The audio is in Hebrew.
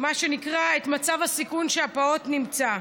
מה שנקרא, את מצב הסיכון שהפעוט נמצא בו.